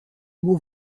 mots